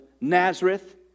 Nazareth